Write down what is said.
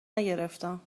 نگرفتم